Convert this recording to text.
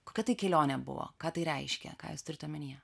kokia tai kelionė buvo ką tai reiškia ką jūs turit omeny